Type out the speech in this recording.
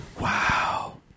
wow